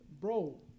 Bro